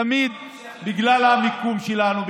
בגלל המיקום שלנו,